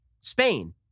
Spain